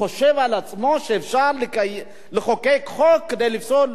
חושב לעצמו שאפשר לחוקק חוק כדי לפסול?